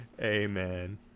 Amen